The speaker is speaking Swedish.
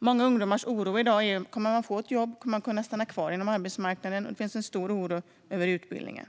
Oron hos många ungdomar i dag består i funderingar om huruvida man kommer att få ett jobb och kunna stanna kvar på arbetsmarknaden. Det finns också en stor oro över utbildningen.